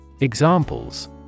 Examples